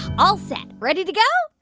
all set. ready to go?